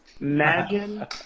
Imagine